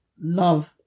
love